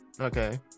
Okay